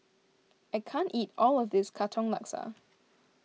I can't eat all of this Katong Laksa